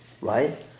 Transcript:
right